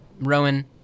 Rowan